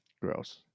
gross